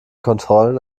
kontrollen